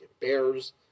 Bears